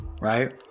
right